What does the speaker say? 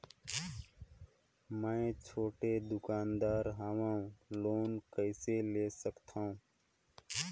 मे छोटे दुकानदार हवं लोन कइसे ले सकथव?